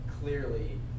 clearly